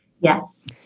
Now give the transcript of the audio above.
Yes